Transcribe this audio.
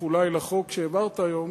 איחולי על החוק שהעברת היום,